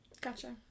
Gotcha